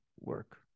work